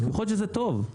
יכול להיות שזה טוב,